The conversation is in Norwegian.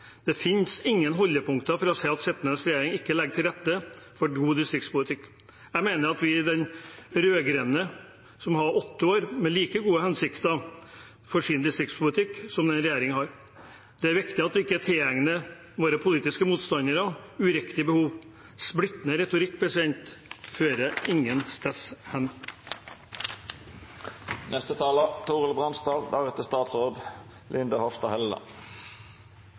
Det fins ingen holdepunkter for å si at sittende regjering ikke legger til rette for en god distriktspolitikk. Jeg mener at de rød-grønne hadde åtte år med like gode hensikter med sin distriktspolitikk som denne regjeringen har. Det er viktig at vi ikke tillegger våre politiske motstandere uriktige behov. Splittende retorikk fører